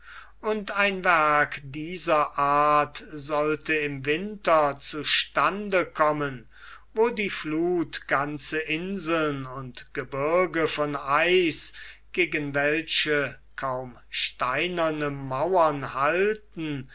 und ein werk dieser art sollte im winter zu stande kommen wo die fluth ganze inseln und gebirge von eis gegen welche kaum steinerne mauern halten